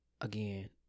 Again